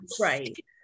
right